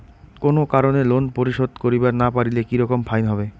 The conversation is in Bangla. কোনো কারণে লোন পরিশোধ করিবার না পারিলে কি রকম ফাইন হবে?